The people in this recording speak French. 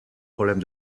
problèmes